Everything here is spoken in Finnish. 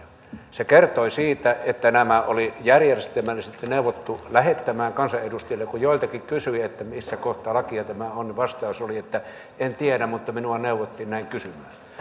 se kertoi siitä että nämä oli järjestelmällisesti neuvottu lähettämään kansanedustajille kun joiltakin kysyin että missä kohtaa lakia tämä on niin vastaus oli että en tiedä mutta minua neuvottiin näin kysymään